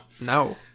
No